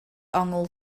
ongl